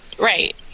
right